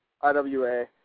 IWA